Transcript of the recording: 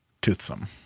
Toothsome